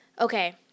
Okay